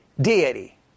deity